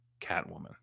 Catwoman